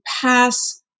pass